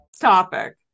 topic